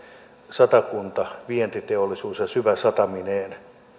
satakunta ja vientiteollisuus syväsatamineen